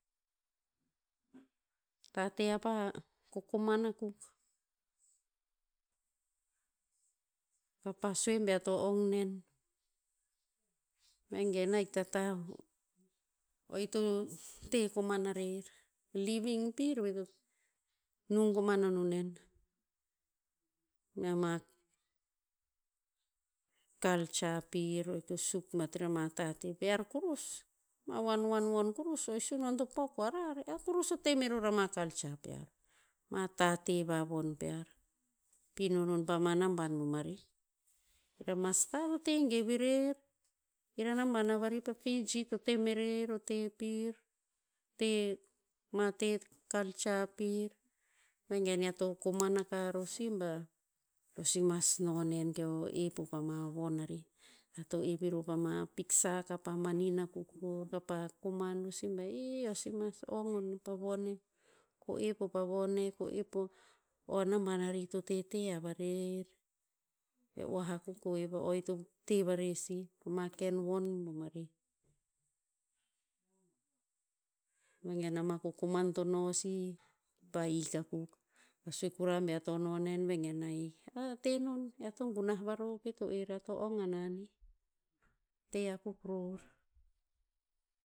Tate apa kokoman akuk. Kapa sue bea to ong nen. Vegen ahik ta tah, o ito te koman a rer. Living pir veh to nung koman a no nen. Mea ma culture pir o ito suk bat rema tate pear kurus. Ma wanwan von kurus o e sunon to pok o rar, ear kurus to te meror ama culture pear. Ma tate va von pear. Pino non pama naban bomarih. Ir a masta to te gev erer, ir a naban na vari pa fiji to te merer o te pir te ma te culture pir vegen ear tokoman akah ror si bah, eo si mas no nen keo ep po pama von arih ear to ep eror sih pama piksa kapa manin akuk ror kapah koman ror si bah, ih eo si mas ong o pa von neh. Ko ep o pa von neh. Ko ep o, o a naban arih to te te a varer. E oah akuk keoh po o ito te te a varer sih pama ken von bomarih. Vegen a kokoman to no sih kipa hik akuk. Sue kura bear to no nen vegen ahik. Ah, tenon. Ear to gunah varov pet o er. Ear to ong a na nih? Te akuk ror